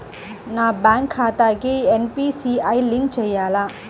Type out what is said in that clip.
నా బ్యాంక్ ఖాతాకి NPCI link చేయాలా?